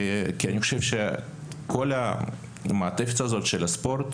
כי אני חושב שכל המעטפת הזאת של הספורט